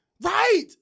Right